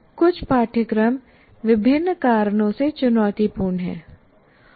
कुछ पाठ्यक्रम विभिन्न कारणों से चुनौतीपूर्ण हैं